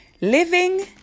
Living